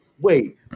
wait